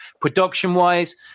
Production-wise